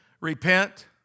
Repent